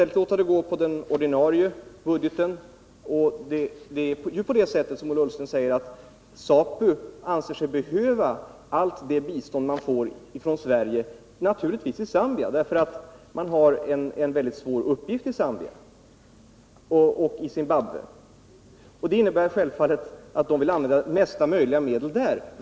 Det är riktigt som Ola Ullsten säger att ZAPU anser sig behöva allt det bistånd man får från Sverige i Zambia och Zimbabwe, därför att man har en väldigt svår uppgift i Zambia och i Zimbabwe. Det innebär självfallet att man vill använda mesta möjliga av medlen där.